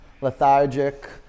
lethargic